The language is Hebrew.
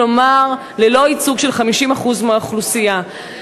כלומר ללא ייצוג של 50% מהאוכלוסייה.